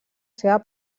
seva